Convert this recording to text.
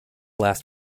last